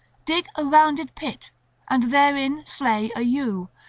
dig a rounded pit and therein slay a ewe,